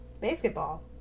Basketball